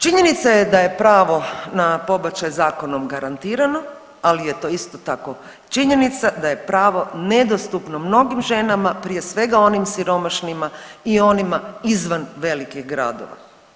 Činjenica je da je pravo na pobačaj zakonom garantirano, ali je to isto tako činjenica da je pravo nedostupno mnogim ženama, prije svega onim siromašnima i onima izvan velikih gradova.